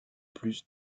plus